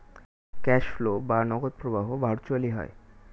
cash flow বা নগদ প্রবাহ ভার্চুয়ালি হয়